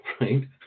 right